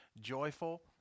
Joyful